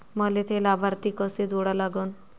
मले थे लाभार्थी कसे जोडा लागन?